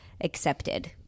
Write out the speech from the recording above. accepted